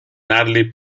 natalie